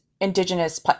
Indigenous